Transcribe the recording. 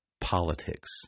politics